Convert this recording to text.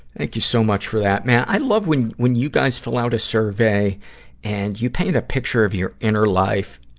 thank you so much for that. man, i love when, when you guys fill out a survey and you paint a picture of your inner life.